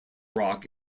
rock